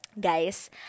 Guys